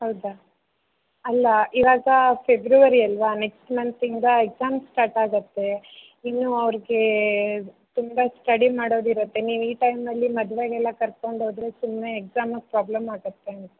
ಹೌದಾ ಅಲ್ಲ ಇವಾಗ ಫೆಬ್ರವರಿ ಅಲ್ಲವಾ ನೆಕ್ಸ್ಟ್ ಮಂತಿಂದ ಎಕ್ಸಾಮ್ ಸ್ಟಾರ್ಟ್ ಆಗುತ್ತೆ ಇನ್ನು ಅವ್ರಿಗೆ ತುಂಬ ಸ್ಟಡಿ ಮಾಡೋದು ಇರುತ್ತೆ ನೀವು ಈ ಟೈಮಲ್ಲಿ ಮದುವೆಗೆಲ್ಲ ಕರ್ಕೊಂಡು ಹೋದ್ರೆ ಸುಮ್ಮನೆ ಎಕ್ಸಾಮ್ಗೆ ಪ್ರಾಬ್ಲಮ್ ಆಗುತ್ತೆ ಅಂತ